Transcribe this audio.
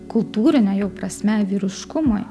kultūrine jau prasme vyriškumui